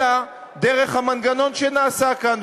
אלא דרך המנגנון שנעשה כאן.